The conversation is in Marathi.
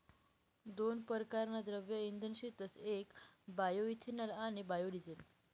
दोन परकारना द्रव्य इंधन शेतस येक बायोइथेनॉल आणि बायोडिझेल